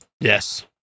Yes